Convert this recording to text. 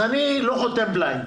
אני לא חותם בליינד.